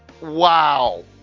wow